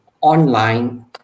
online